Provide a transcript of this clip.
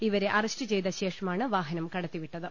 ഇവരെ അറസ്റ്റ് ചെയ്ത ശേഷമാണ് വാഹനം കടത്തിവിട്ട ത്